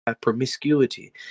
promiscuity